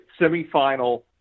semifinal